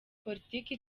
politiki